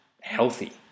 healthy